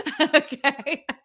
Okay